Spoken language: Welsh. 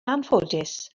anffodus